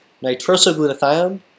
nitrosoglutathione